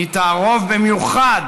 היא תערוב במיוחד,